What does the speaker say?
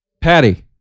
Patty